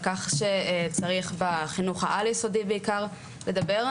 כך שצריך בחינוך העל יסודי בעיקר לדבר,